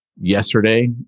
Yesterday